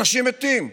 אנשים מתים.